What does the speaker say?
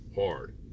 hard